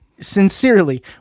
sincerely